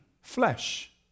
flesh